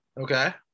Okay